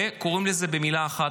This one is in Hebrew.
וקוראים לזה במילה אחת,